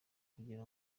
kugira